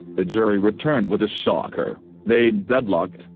the jury returned with a shocker they'd deadlocked,